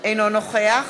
אינו נוכח